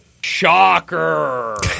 Shocker